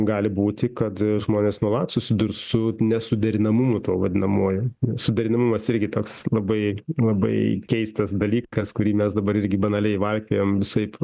gali būti kad žmonės nuolat susidurs su nesuderinamumu tuo vadinamuoju suderinamumas irgi toks labai labai keistas dalykas kurį mes dabar irgi banaliai valkiojam visaip